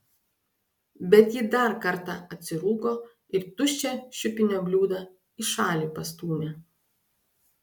bet ji dar kartą atsirūgo ir tuščią šiupinio bliūdą į šalį pastūmė